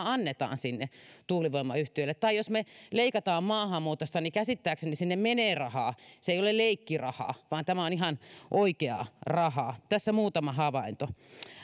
annetaan sinne tuulivoimayhtiöille tai jos me leikkaamme maahanmuutosta niin käsittääkseni sinne menee rahaa se ei ole leikkirahaa vaan tämä on ihan oikeaa rahaa tässä muutama havainto